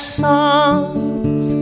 songs